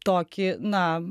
tokį na